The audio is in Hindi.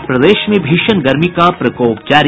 और प्रदेश में भीषण गर्मी का प्रकोप जारी